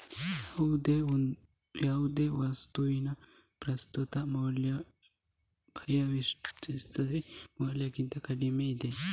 ಯಾವುದೇ ವಸ್ತುವಿನ ಪ್ರಸ್ತುತ ಮೌಲ್ಯ ಭವಿಷ್ಯದ ಮೌಲ್ಯಕ್ಕಿಂತ ಕಡಿಮೆ ಇರ್ತದೆ